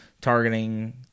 targeting